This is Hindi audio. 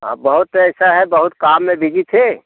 हाँ बहुत ऐसा है बहुत काम में बीजी थे